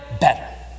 better